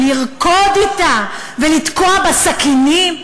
לרקוד אתה ולתקוע בה סכינים?